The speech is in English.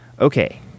Okay